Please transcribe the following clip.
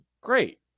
Great